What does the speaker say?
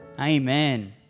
amen